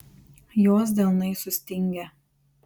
jos delnai sustingę